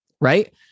right